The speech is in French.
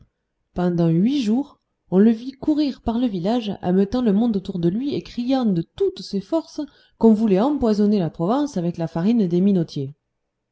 pendant huit jours on le vit courir par le village ameutant le monde autour de lui et criant de toutes ses forces qu'on voulait empoisonner la provence avec la farine des